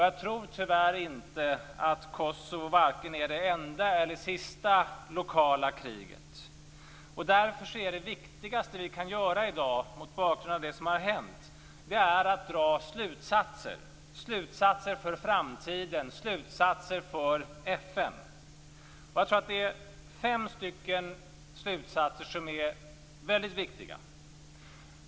Jag tror tyvärr inte att Kosovokriget vare sig är det enda eller sista lokala kriget. Mot bakgrund av det som har hänt är det viktigaste som vi kan göra i dag att dra slutsatser inför framtiden och slutsatser för FN. Jag tror att fem slutsatser är väldigt viktiga.